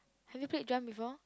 have you played jump before